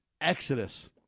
exodus